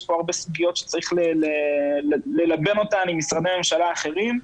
יש פה הרבה סוגיות שצריך ללבן אותן עם משרדי ממשלה אחרים.